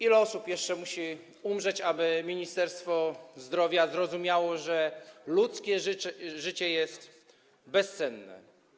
Ile osób musi jeszcze umrzeć, aby Ministerstwo Zdrowia zrozumiało, że ludzkie życie jest bezcenne?